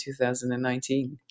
2019